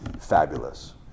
fabulous